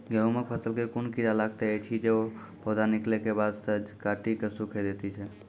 गेहूँमक फसल मे कून कीड़ा लागतै ऐछि जे पौधा निकलै केबाद जैर सऽ काटि कऽ सूखे दैति छै?